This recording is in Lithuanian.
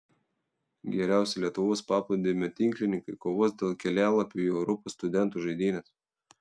geriausi lietuvos paplūdimio tinklininkai kovos dėl kelialapių į europos studentų žaidynes